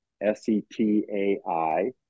S-E-T-A-I